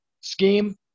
scheme